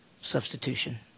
Substitution